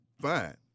fine